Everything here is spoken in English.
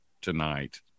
tonight